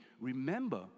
remember